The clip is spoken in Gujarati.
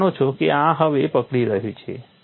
તમે જાણો છો કે આ હવે પકડી રહ્યું છે